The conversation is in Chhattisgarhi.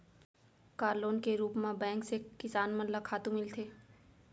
का लोन के रूप मा बैंक से किसान मन ला खातू मिलथे?